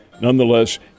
Nonetheless